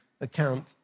account